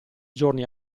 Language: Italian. giorni